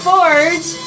Forge